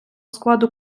складу